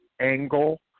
angle